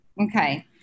Okay